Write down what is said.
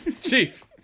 Chief